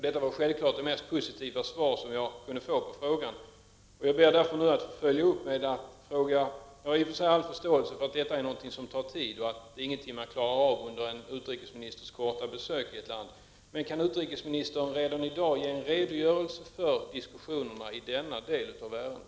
Det var självfallet det mest positiva svar som jag kunde få på frågan. Jag har full förståelse för att detta är något som tar tid; det är inte något som man klarar av under en utrikesministers korta besök i ett land. Jag vill dock följa upp frågan och undrar om utrikesministern redan i dag kan ge en redogörelse för diskussionerna i denna del av ärendet.